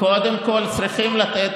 קודם כול צריכים לתת,